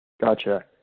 Gotcha